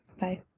Bye